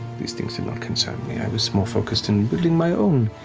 these things do not concern me, i was more focused on building my own